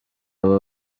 aba